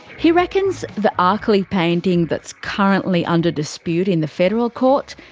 he reckons the arkley painting that's currently under dispute in the federal court,